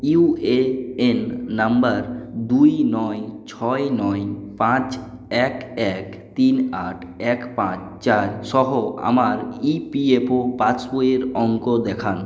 UAN number দুই নয় ছয় নয় পাঁচ এক এক তিন আট এক পাঁচ চার সহ আমার ইপিএফও পাসবইয়ের অঙ্ক দেখান